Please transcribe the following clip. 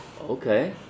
okay